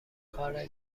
کار